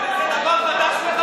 זה דבר חדש לך,